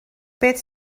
beth